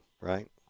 right